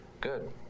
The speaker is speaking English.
Good